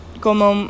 como